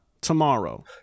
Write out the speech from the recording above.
tomorrow